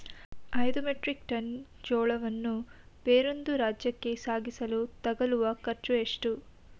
ಐದು metric tonne ಜೋಳವನ್ನು ಬೇರೊಂದು ರಾಜ್ಯಕ್ಕೆ ಸಾಗಿಸಲು ತಗಲುವ ಖರ್ಚು ಎಷ್ಟು?